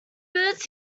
birds